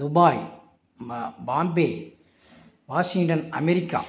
Dubai பா Bombay Washington America